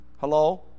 Hello